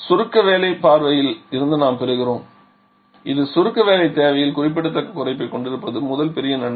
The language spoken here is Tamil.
சுருக்க வேலை பார்வையில் இருந்து நாம் பெறுகிறோம் இது சுருக்க வேலைத் தேவையில் குறிப்பிடத்தக்க குறைப்பைக் கொண்டிருப்பது முதல் பெரிய நன்மை